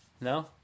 No